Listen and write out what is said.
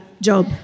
job